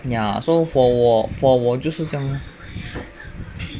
ya so for 我 for 我就是这样 lor